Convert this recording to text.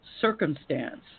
circumstance